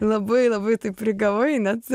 labai labai taip prigavai net